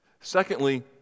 Secondly